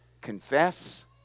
confess